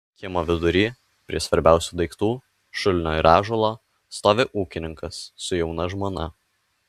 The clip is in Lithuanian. kiemo vidury prie svarbiausių daiktų šulinio ir ąžuolo stovi ūkininkas su jauna žmona